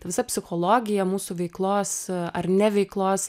ta visa psichologija mūsų veiklos ar neveiklos